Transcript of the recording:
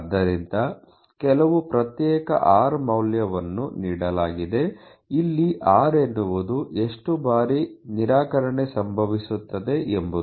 ಆದ್ದರಿಂದ ಕೆಲವು ಪ್ರತ್ಯೇಕ r ಮೌಲ್ಯವನ್ನು ನೀಡಲಾಗಿದೆ ಇಲ್ಲಿ r ಎನ್ನುವುದು ಎಷ್ಟು ಬಾರಿ ನಿರಾಕರಣೆ ಸಂಭವಿಸುತ್ತದೆ ಎಂಬುದು